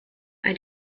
bei